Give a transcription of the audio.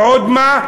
ועוד מה?